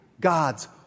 God's